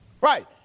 Right